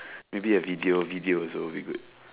maybe a video video also will be good